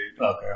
Okay